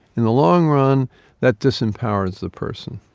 in the long run that disempowers the person.